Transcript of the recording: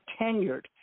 tenured